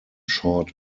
short